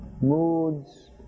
moods